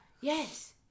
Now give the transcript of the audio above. Yes